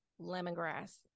lemongrass